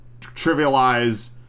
trivialize